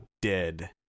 Dead